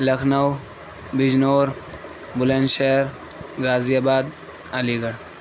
Lucknow Bijnor Bulandshahr Ghaziabad Ali Garh